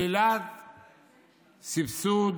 שלילת סבסוד